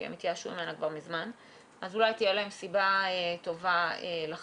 הם התייאשו ממנה כבר מזמן אז אולי תהיה להם סיבה טובה לחזור.